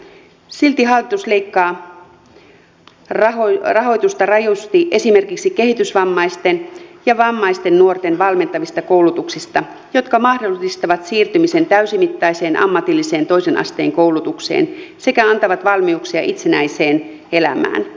silti hallitus leikkaa rahoitusta rajusti esimerkiksi kehitysvammaisten ja vammaisten nuorten valmentavista koulutuksista jotka mahdollistavat siirtymisen täysimittaiseen ammatilliseen toisen asteen koulutukseen sekä antavat valmiuksia itsenäiseen elämään